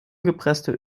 gepresste